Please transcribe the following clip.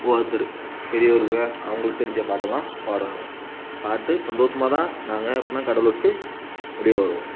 ஒருத்தரு பெரியவரு அவங்களுக்கு தெரிஞ்ச பாட்டெல்லாம் பாடுவாங்க பாட்டு சந்தோஷமாக தான் நாங்கள் எப்போவுமே கடலை விட்டு வெளியே வருவோம்